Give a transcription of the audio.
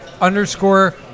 underscore